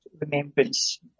Remembrance